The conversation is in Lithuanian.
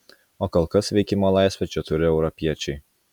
o kol kas veikimo laisvę čia turi europiečiai